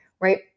right